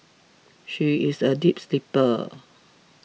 she is a deep sleeper